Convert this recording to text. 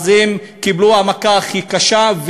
הן קיבלו את המכה הכי קשה.